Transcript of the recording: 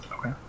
Okay